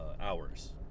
hours